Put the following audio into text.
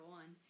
one